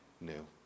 new